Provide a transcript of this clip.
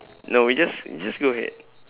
no we just just go ahead